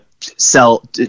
sell